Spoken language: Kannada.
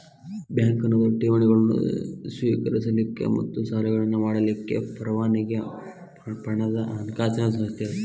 ಬ್ಯಾಂಕ್ ಅನ್ನೊದು ಠೇವಣಿಗಳನ್ನ ಸ್ವೇಕರಿಸಲಿಕ್ಕ ಮತ್ತ ಸಾಲಗಳನ್ನ ಮಾಡಲಿಕ್ಕೆ ಪರವಾನಗಿ ಪಡದ ಹಣಕಾಸಿನ್ ಸಂಸ್ಥೆ ಅದ